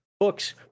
books